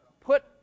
put